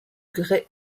grès